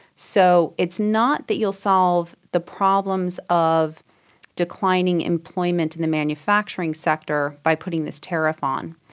so it's not that you'll solve the problems of declining employment in the manufacturing sector by putting this tariff on.